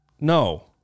no